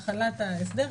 החלת ההסדר,